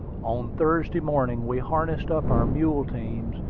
on thursday morning we harnessed up our mule teams,